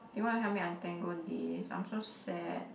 do you want to help me untangle this I'm so sad